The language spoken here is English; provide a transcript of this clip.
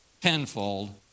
tenfold